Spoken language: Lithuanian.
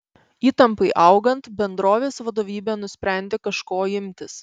įtampai augant bendrovės vadovybė nusprendė kažko imtis